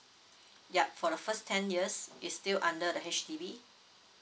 yup for the first ten years it's still under the H_D_B